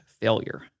failure